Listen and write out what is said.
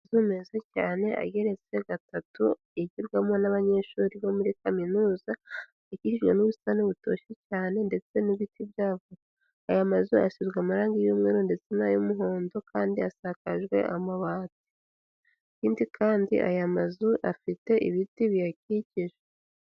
Amashuri meza cyane ageretse gatatu yigirwamo n'abanyeshuri bo muri kaminuza akikijwe n'ubusitani butoshye cyane ndetse n'ibiti byayo, aya mazu asizwe amarangi y'umweru ndetse na ay'umuhondo kandi asakajwe ikindi kandi aya mazu afite ibiti biyakikije.